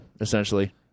essentially